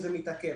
וזה מתעכב.